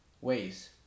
ways